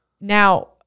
now